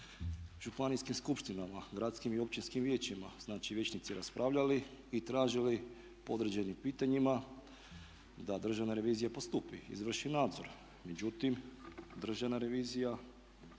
županijskim skupštinama, gradskim i općinskom vijećima znači vijećnici raspravljali i tražili po određenim pitanjima da državna revizija postupi, izvrši nadzor. Međutim državna revizija to